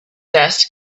dust